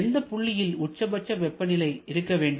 எந்த புள்ளியில் உச்சபட்ச வெப்பநிலை இருக்க வேண்டும்